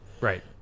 Right